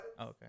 Okay